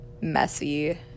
messy